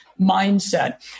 mindset